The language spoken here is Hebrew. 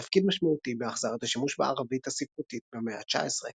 מילא תפקיד משמעותי בהחזרת השימוש בערבית הספרותית במאה התשע עשרה.